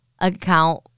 account